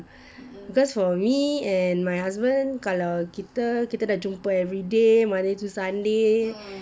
cause for me and my husband kalau kita kita dah jumpa everyday monday to sunday